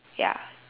ya